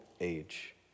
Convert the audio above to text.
age